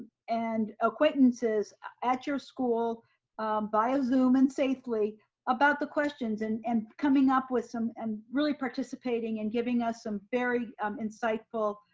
and acquaintances at your school via zoom and safely about the questions and and coming up with some and really participating and giving us some very um insightful,